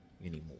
anymore